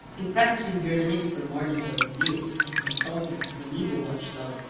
a practicing journalist for more than forty years and consultant of the media watchdog,